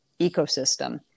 ecosystem